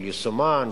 של יישומן,